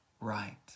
right